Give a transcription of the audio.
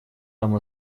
нам